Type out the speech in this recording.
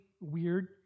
weird